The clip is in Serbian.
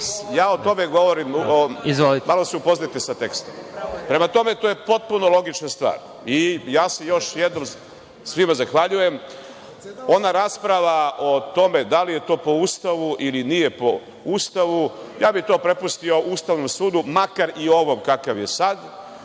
O tome govorim. Malo se upoznajte sa tekstom. Prema tome, to je potpuno logična stvar i ja se još jednom svima zahvaljujem. Ona rasprava o tome da li je to po Ustavu ili nije po Ustavu, ja bih to prepustio Ustavnom sudu, makar i ovom kakav je sad.